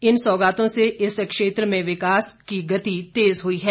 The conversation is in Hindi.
इन सौगातों से इस क्षेत्र में विकास की गति तेज हुई है